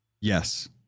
Yes